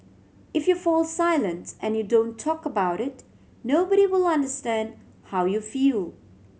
if you fall silent and you don't talk about it nobody will understand how you feel